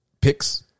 Picks